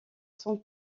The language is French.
sont